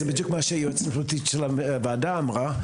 זה בדיוק מה שהיועצת המשפטית של הוועדה אמרה,